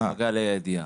אה, כן.